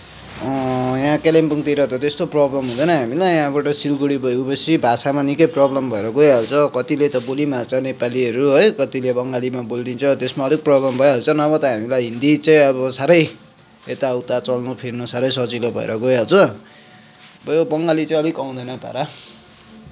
यहाँ कालिम्पोङतिर त त्यस्तो प्रब्लम हुँदैन हामीलाई यहाँबाट सिलगडी भएपछि भाषामा निकै प्रब्लम भएर गइहाल्छ कतिले त बोलि पनि हाल्छ नेपालीहरू है कतिले बङ्गालीमा बोलिदिन्छ त्यसमा अलिक प्रब्लम भइहाल्छ नभए त हामीलाई हिन्दी चाहिँ साह्रै यता उता चल्नु फिर्नु साह्रै सजिलो भएर गइहाल्छ अब यो बङ्गाली चाहिँ अलिक आउँदैन पारा